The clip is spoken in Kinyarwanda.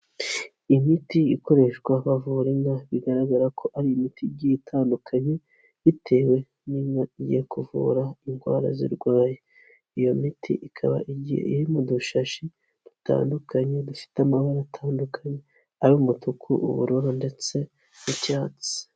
Imiti ikoreshwa bavura inka bigaragara ko ari imiti igi itandukanye bitewe n'inka igiye kuvura indwara zirwaye, iyo miti ikaba iri mu dushashi dutandukanye dufite amabara atandukanye ay'umutuku, ubururu, ndetse n'icyatsi.